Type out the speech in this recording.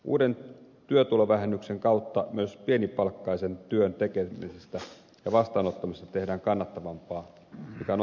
uuden työtulovähennyksen kautta myös pienipalkkaisen työn tekemisestä ja vastaanottamisesta tehdään kannattavampaa mikä on oikea suunta